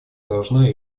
должна